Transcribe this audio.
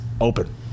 open